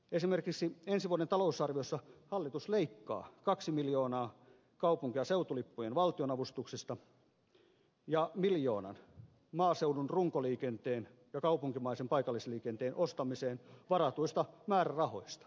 esimerkiksi ensi vuoden talousarviossa hallitus leikkaa kaksi miljoonaa kaupunki ja seutulippujen valtionavustuksista ja miljoonan maaseudun runkoliikenteen ja kaupunkimaisen paikallisliikenteen ostamiseen varatuista määrärahoista